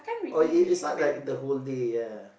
oh it is not like the whole day ya